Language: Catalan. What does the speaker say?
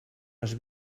les